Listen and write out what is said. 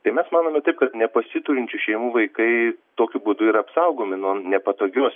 tai mes manome taip kad nepasiturinčių šeimų vaikai tokiu būdu yra apsaugomi nuo nepatogios